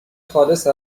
خالص